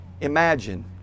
Imagine